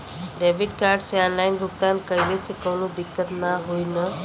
Debit card से online भुगतान कइले से काउनो दिक्कत ना होई न?